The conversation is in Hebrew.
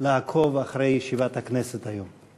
לעקוב אחר ישיבת הכנסת היום.